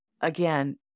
again